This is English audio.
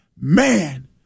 man